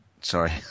Sorry